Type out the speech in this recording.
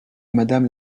madame